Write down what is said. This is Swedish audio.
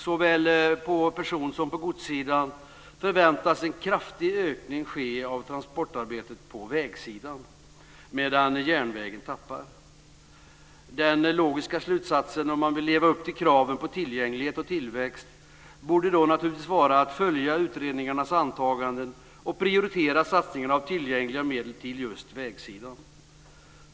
Såväl på person som på godssidan förväntas en kraftig ökning ske av transportarbetet på vägsidan, medan järnvägen tappar. Den logiska slutsatsen om man vill leva upp till kraven på tillgänglighet och tillväxt borde då naturligtvis vara att följa utredningarnas antaganden och prioritera satsningarna av tillgängliga medel till just vägsidan.